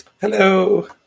Hello